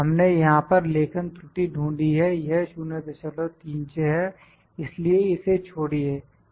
हमने यहां पर लेखन त्रुटि ढूंढी है यह 036 है इसलिए इसे छोड़िए